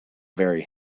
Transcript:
very